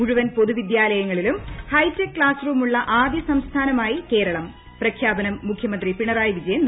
മുഴുവൻ പൊതുവിദ്യാലയങ്ങളിലും ഹൈടെക് ക്ലാസ്റൂമുള്ള ആദ്യ സംസ്ഥാനമായി കേരളം പ്രഖ്യാപനം മുഖ്യമന്ത്രി പിണറായി വിജയൻ നിർവഹിച്ചു